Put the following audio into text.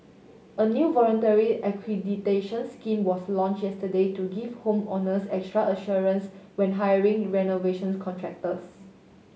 a new voluntary accreditation scheme was launch yesterday to give home owners extra assurance when hiring renovations contractors